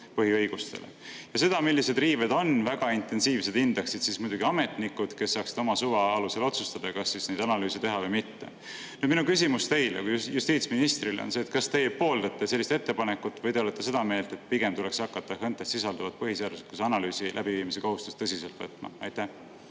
põhiõiguste riived. Ja seda, millised riived on väga intensiivsed, hindaksid muidugi ametnikud, kes saaksid oma suva alusel otsustada, kas neid analüüse teha või mitte. Minu küsimus teile kui justiitsministrile on see, kas teie pooldate sellist ettepanekut või te olete seda meelt, et pigem tuleks hakata HÕNTE-s sisalduvat põhiseaduslikkuse analüüsi läbiviimise kohustust tõsiselt võtma. Suur